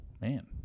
man